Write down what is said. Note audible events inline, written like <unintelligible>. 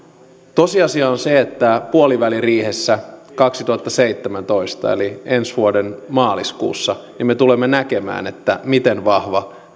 tosiasia on se että puoliväliriihessä kaksituhattaseitsemäntoista eli ensi vuoden maaliskuussa me tulemme näkemään miten vahva <unintelligible>